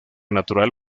natural